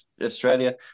Australia